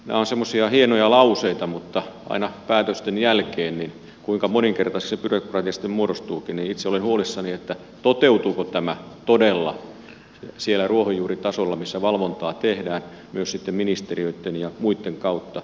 nämä ovat semmoisia hienoja lauseita mutta aina päätösten jälkeen kuinka moninkertaiseksi se byrokratia sitten muodostuukin itse olen huolissani toteutuuko tämä todella siellä ruohonjuuritasolla missä valvontaa tehdään myös sitten ministeriöitten ja muitten kautta